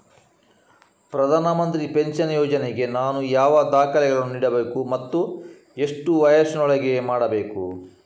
ಪ್ರಧಾನ ಮಂತ್ರಿ ಪೆನ್ಷನ್ ಯೋಜನೆಗೆ ನಾನು ಯಾವ ದಾಖಲೆಯನ್ನು ನೀಡಬೇಕು ಮತ್ತು ಎಷ್ಟು ವಯಸ್ಸಿನೊಳಗೆ ಮಾಡಬೇಕು?